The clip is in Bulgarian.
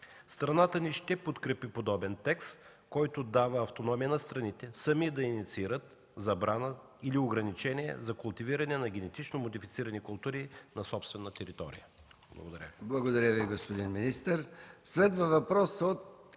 Страната ни ще подкрепи подобен текст, който дава автономия на страните сами да инициират забрана или ограничение за култивиране на генетично модифицирани култури на собствена територия. Благодаря Ви. ПРЕДСЕДАТЕЛ МИХАИЛ МИКОВ: